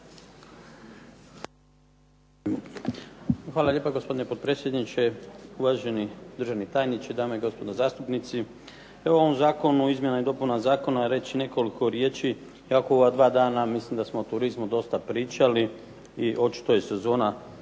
Hvala lijepo gospodine potpredsjedniče. Uvaženi gospodine državni tajniče, dame i gospodo zastupnici. Evo ovim zakonom o izmjenama i dopunama zakona reći nekoliko riječi iako u ova dva dana mislim da smo o turizmu dosta pričali i očito je dobro